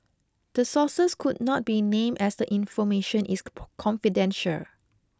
the sources could not be named as the information is confidential